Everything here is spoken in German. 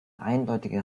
eindeutige